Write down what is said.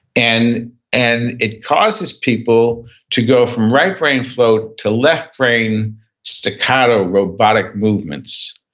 and and it causes people to go from right brain flow to left brain staccato, robotic movements,